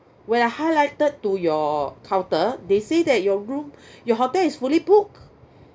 when I highlighted to your counter they say that your room your hotel is fully book